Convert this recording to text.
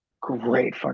great